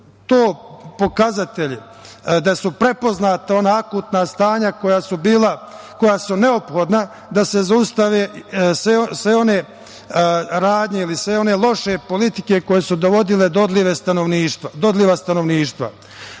to pokazetelji, da su prepoznata ona akutna stanja koja su neophodna da se zaustave sve one radnje ili one loše politike koje su dovodile do odliva stanovništva.Za